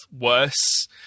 worse